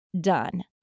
done